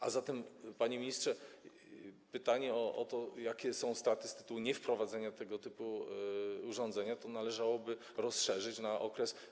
A zatem, panie ministrze, pytanie o to, jakie są straty z tytułu niewprowadzenia tego typu urządzenia, należałoby rozszerzyć na kolejne okresy.